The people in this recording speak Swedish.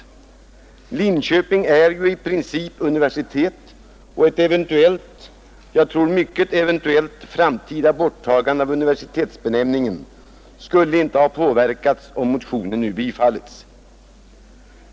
Utbildningsoch forskningsorganisationen i Linköping är ju i princip universitet, och ett eventuellt — jag tror mycket eventuellt — framtida borttagande av universitetsbenämningen skulle inte ha påverkats om motionen bifallits.